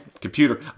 computer